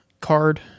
card